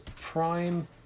Prime